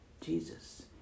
Jesus